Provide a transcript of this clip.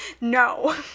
No